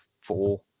four